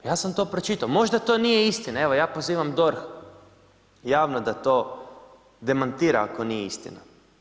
Ja sam to pročitao, možda to nije istina, evo ja pozivam DORH, javno da to demantira, ako nije istina.